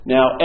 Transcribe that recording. Now